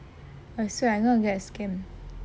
I swear I gonna get a scam